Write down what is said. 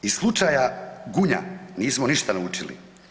Iz slučaja Gunja nismo ništa naučili.